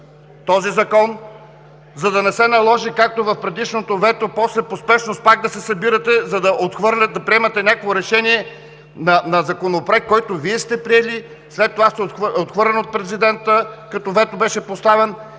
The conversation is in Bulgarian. този закон, за да не се наложи както в предишното вето после по спешност пак да се събирате, за да приемате някакво решение на законопроект, който сте приели, след това е отхвърлен от Президента – като вето беше поставен,